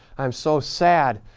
i'm so sad,